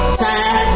time